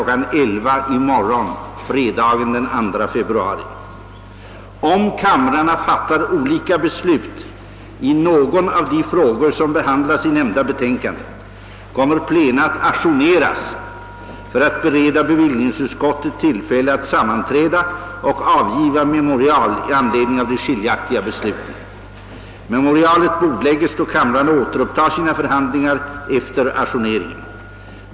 11.00 i morgon, fredagen den 2 februari. Om kamrarna fattar olika beslut i någon av de frågor som behandlas i nämnda betänkande, kommer plena att ajourneras för att bereda bevillningsutskottet tillfälle att sammanträda och avgiva memorial i anledning av de skiljaktiga besluten. Memorialet bordlägges då kamrarna återupptar sina förhandlingar efter ajourneringen.